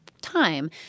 time